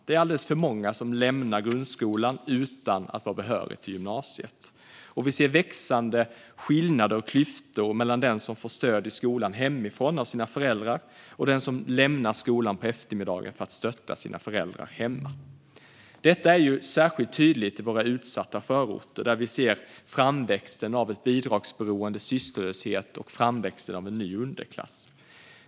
Det är alldeles för många som lämnar grundskolan utan att vara behöriga till gymnasiet, och vi ser växande skillnader och klyftor mellan dem som får stöd hemifrån av sina föräldrar och dem som lämnar skolan på eftermiddagen för att stötta sina föräldrar hemma. Detta är särskilt tydligt i våra utsatta förorter, där vi ser framväxten av bidragsberoende och sysslolöshet och framväxten av en ny underklass.